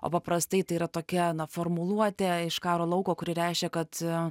o paprastai tai yra tokia formuluotė iš karo lauko kuri reiškia kad